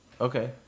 Okay